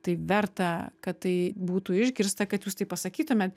tai verta kad tai būtų išgirsta kad jūs tai pasakytumėt